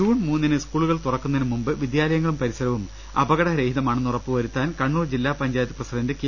June മൂന്നിന് സ്കൂളുകൾ തുറക്കുന്നതിന് മുമ്പ് വിദ്യാലയങ്ങളും പരിസരവും അപകട രഹിതമാണെന്ന് ഉറപ്പുവരുത്താൻ കണ്ണൂർ ജില്ലാ പഞ്ചായത്ത് പ്രസിഡന്റ് കെ